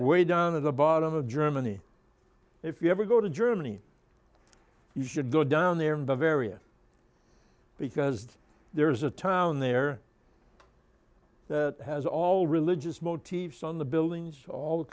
way down in the bottom of germany if you ever go to germany you should go down there in bavaria because there's a town there it has all religious motifs on the buildings all